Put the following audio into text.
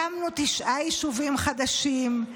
הקמנו תשעה יישובים חדשים,